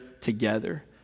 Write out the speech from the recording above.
together